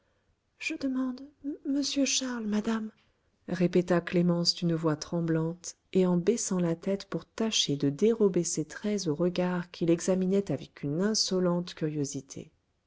je demande m charles madame répéta clémence d'une voix tremblante et en baissant la tête pour tâcher de dérober ses traits aux regards qui l'examinaient avec une insolente curiosité